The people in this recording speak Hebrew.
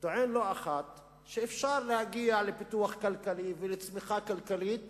טוען לא אחת שאפשר להגיע לפיתוח כלכלי ולצמיחה כלכלית